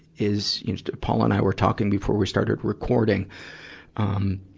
is paul and i were talking before we started recording um,